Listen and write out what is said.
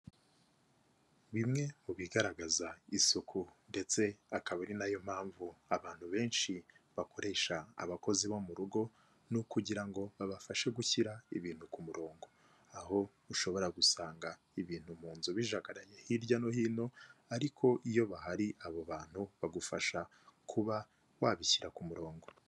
Bimwe mu bigaragaza isuku ndetse akaba ari nayo mpamvu abantu benshi bakoresha abakozi bo mu rugo, ni ukugira ngo babafashe gushyira ibintu ku murongo, aho ushobora gusanga ibintu mu nzu bijagaraye hirya no hino ariko iyo bahari abo bantu bagufasha kuba wabishyira ku murongo.